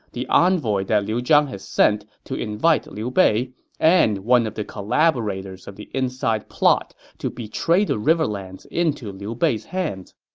the envoy that liu zhang had sent to invite liu bei and one of the collaborators of the inside plot to betray the riverlands into liu bei's hands.